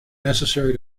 necessary